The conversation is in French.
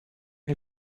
les